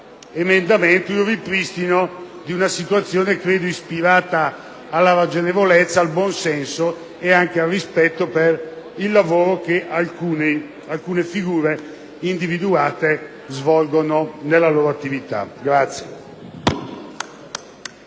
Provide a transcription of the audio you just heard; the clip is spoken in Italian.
emendamento il ripristino di una situazione credo ispirata alla ragionevolezza, al buon senso e anche al rispetto per il lavoro che alcune figure individuate svolgono nella loro attività.